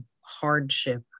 hardship